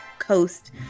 coast